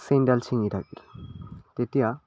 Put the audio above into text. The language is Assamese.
চেইনডাল চিঙি থাকিল তেতিয়া